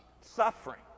suffering